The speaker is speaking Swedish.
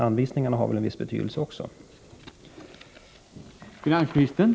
Anvisningarnas utformning har ju också en viss betydelse.